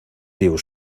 diu